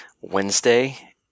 Wednesday